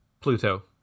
Pluto